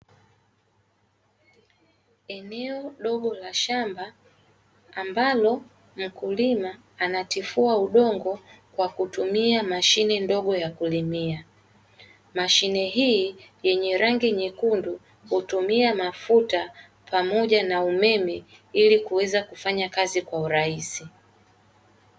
Eneo dogo la shamba ambalo mkulima anatifua udongo kwa kutumia mashine ndogo ya kulimia, mashine hii yenye rangi nyekundu hutumia mafuta pamoja na umeme ilikuweza kufanya kazi kwa urahisi.